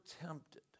tempted